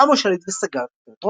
זעם השליט וסגר את התיאטרון.